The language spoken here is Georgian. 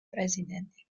პრეზიდენტი